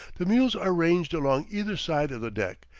the mules are ranged along either side of the deck,